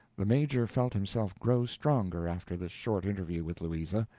the major felt himself grow stronger after this short interview with louisa.